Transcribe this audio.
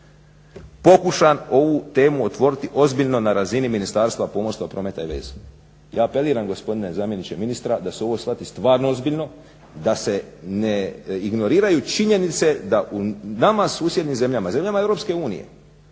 pokušam ovu temu otvoriti ozbiljno na razini Ministarstva pomorstva, prometa i veza. Ja apeliram gospodine zamjeniče ministra da se ovo shvati stvarno ozbiljno, da se ne ignoriraju činjenice da u nama susjednim zemljama, zemljama EU postoji